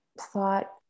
thought